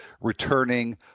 returning